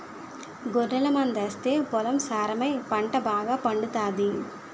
గొర్రెల మందాస్తే పొలం సారమై పంట బాగాపండుతాది